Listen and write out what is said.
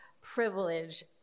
privilege